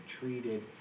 treated